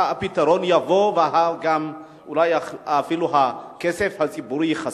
הפתרון יבוא ואפילו הכסף הציבורי ייחסך.